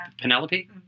Penelope